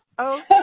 Okay